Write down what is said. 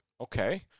okay